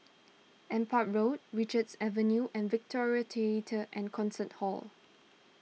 an part Road Richards Avenue and Victoria theatre and Concert Hall